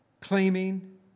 claiming